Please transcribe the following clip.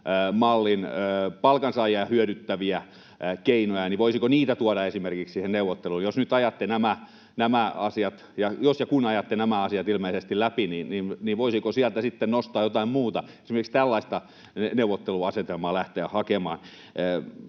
mallin palkansaajia hyödyttäviä keinoja? Voisiko esimerkiksi niitä tuoda siihen neuvotteluun? Jos ja kun ajatte nämä asiat ilmeisesti läpi, niin voisiko sieltä sitten nostaa jotain muuta ja esimerkiksi tällaista neuvotteluasetelmaa lähteä hakemaan?